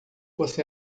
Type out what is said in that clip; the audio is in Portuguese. você